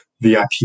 VIP